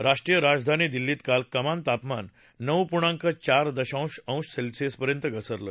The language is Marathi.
राष्ट्रीय राजधानी दिल्लीत काल कमाल तापमान नऊ पूर्णांक चार दशांश अंश सेल्सियसपर्यंत घसरलं